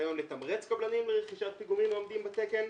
הניסיון לתמרץ קבלנים לרכישת פיגומים העומדים בתקן,